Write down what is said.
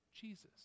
Jesus